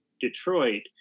detroit